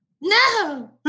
No